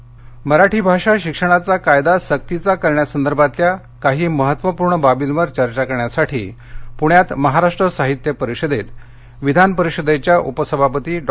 मराठी नीलम गोन्हे मराठी भाषा शिक्षणाचा कायदा सक्तीचा करण्यासंदर्भातल्या काही महत्त्वपूर्ण बाबींवर चर्चा करण्यासाठी पुण्यात महाराष्ट्र साहित्य परिषदेत विधान परिषदेच्या उपसभापती डॉ